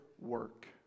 work